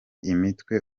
imitwe